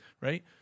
right